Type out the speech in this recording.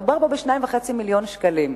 מדובר פה ב-2.5 מיליון שקלים,